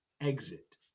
exit